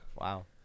Wow